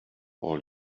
all